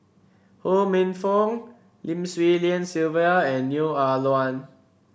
Ho Minfong Lim Swee Lian Sylvia and Neo Ah Luan